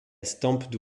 stamp